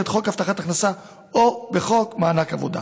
חוק הבטחת הכנסה או בחוק מענק עבודה.